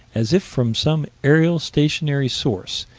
as if from some aerial, stationary source,